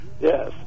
Yes